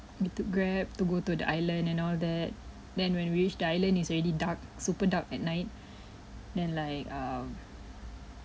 we took Grab to go to the island and all that then when reach the island it's already dark super dark at night then like um